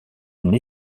une